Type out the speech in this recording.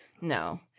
No